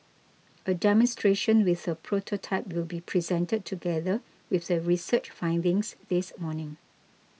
a demonstration with a prototype will be presented together with the research findings this morning